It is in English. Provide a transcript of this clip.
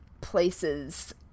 places